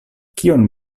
kion